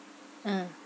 uh